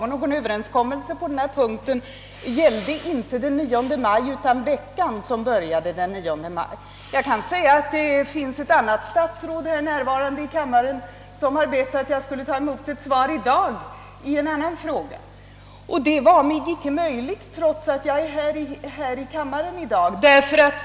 Vi hade inte överenskommit att svaret skulle lämnas den 9 maj utan överenskommelsen gällde den vecka som började den 9 maj. Jag kan nämna att ett annat statsråd, som är närvarande i kammaren nu, har bett mig ta emot ett svar i dag på en annan fråga. Det var icke möjligt för mig att göra det trots att jag är här i kammaren i dag.